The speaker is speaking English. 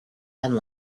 and